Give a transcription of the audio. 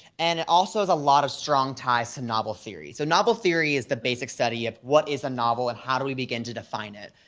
and it also has a lot of strong ties to novel theory. so novel theory is the basic study of what is a novel and how do we begin to define it?